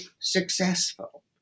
successful